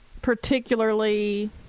particularly